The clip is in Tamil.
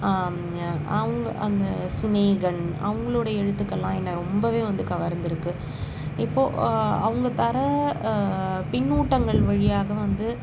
அவங்க அந்த சினேகன் அவங்களுடைய எழுத்துக்கள்லாம் என்ன ரொம்பவே வந்து கவர்ந்திருக்கு இப்போது அவங்க தர பின்னூட்டங்கள் வழியாக வந்து